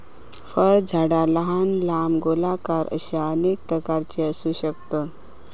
फळझाडा लहान, लांब, गोलाकार अश्या अनेक प्रकारची असू शकतत